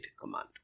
command